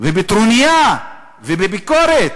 בטרוניה ובביקורת